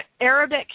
Arabic